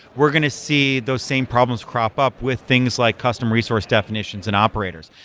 we're going to see those same problems crop up with things like custom resource definitions and operators,